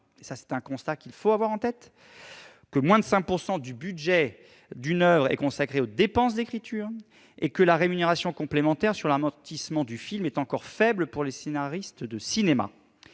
se fait souvent à plusieurs mains : moins de 5 % du budget d'une oeuvre est consacré aux dépenses d'écriture et la rémunération complémentaire sur l'amortissement du film est encore faible pour les scénaristes de cinéma.